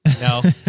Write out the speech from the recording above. No